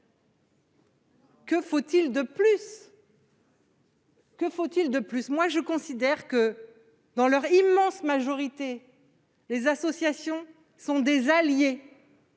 Que faut-il de plus ? Je considère que, dans leur immense majorité, les associations sont nos alliées